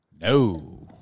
No